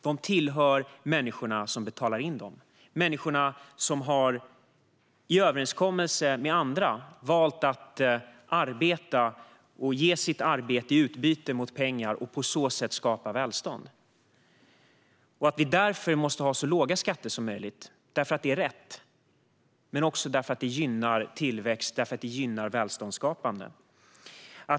De tillhör människorna som betalar in dem, människorna som i överenskommelse med andra har valt att arbeta och ge sitt arbete i utbyte mot pengar och på så sätt skapa välstånd. Därför är det rätt att ha så låga skatter som möjligt, men också för att det gynnar tillväxt och välståndsskapande.